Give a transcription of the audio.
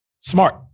Smart